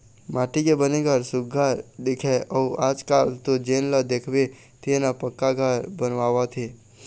माटी के बने घर सुग्घर दिखय अउ आजकाल तो जेन ल देखबे तेन ह पक्का घर बनवावत हे